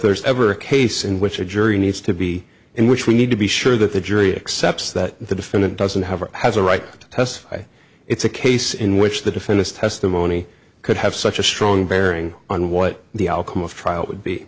there's ever a case in which a jury needs to be in which we need to be sure that the jury accepts that the defendant doesn't have or has a right to testify it's a case in which the defendants testimony could have such a strong bearing on what the outcome of trial would be